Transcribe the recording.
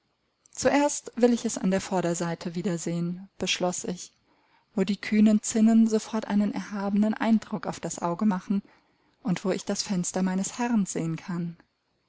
zuerst will ich es an der vorderseite wiedersehen beschloß ich wo die kühnen zinnen sofort einen erhabenen eindruck auf das auge machen und wo ich das fenster meines herrn sehen kann